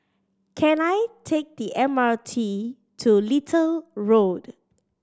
can I take the M R T to Little Road